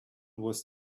was